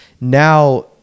Now